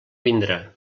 vindrà